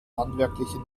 handwerklichen